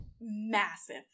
massive